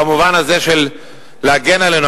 במובן הזה של להגן עלינו.